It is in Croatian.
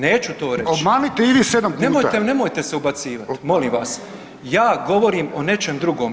Neću to reći [[Upadica: Obmanite i vi 7 puta.]] Nemojte, nemojte se ubacivati, molim vas, ja govorim o nečem drugom.